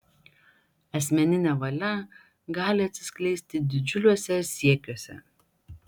asmeninė valia gali atsiskleisti didžiuliuose siekiuose